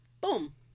Boom